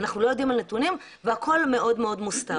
אנחנו לא יודעים על נתונים והכול מאוד מאוד מוסתר.